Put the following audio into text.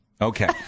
Okay